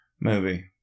movie